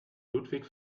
ludwig